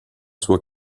sua